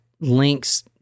links